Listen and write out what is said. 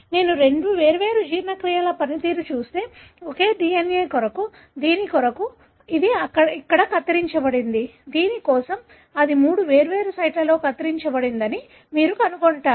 నేను రెండు వేర్వేరు జీర్ణక్రియల పనితీరు చూస్తే ఒకే DNA కొరకు దీని కోసం ఇది ఇక్కడ కత్తిరించబడిందని దీని కోసం ఇది మూడు వేర్వేరు సైట్లలో కత్తిరించ బడిందని మీరు కనుగొంటారు